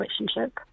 relationship